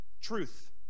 truth